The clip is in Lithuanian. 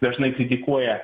dažnai kritikuoja